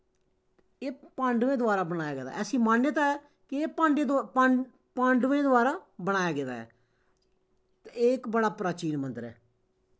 एह् पांडवें द्वारा बनाया गेदा ऐसी मान्यता ऐ कि एह् पांड पांडवें द्वारा बनाया गेदा ऐ ते एह् इक बड़ा प्राचीन मन्दर ऐ